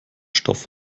stoff